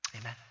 amen